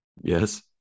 Yes